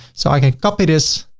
so i can copy this